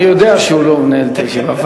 אני יודע שהוא לא מנהל את הישיבה,